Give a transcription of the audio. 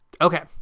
Okay